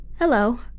Hello